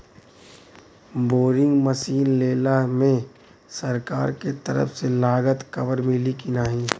Boring machine लेला मे सरकार के तरफ से लागत कवर मिली की नाही?